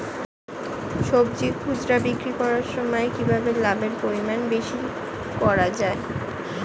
সবজি খুচরা বিক্রি করার সময় কিভাবে লাভের পরিমাণ বেশি করা যায়?